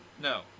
No